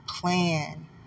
plan